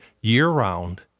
year-round